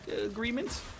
Agreement